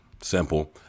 simple